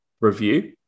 review